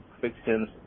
fixings